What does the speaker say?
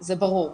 זה ברור.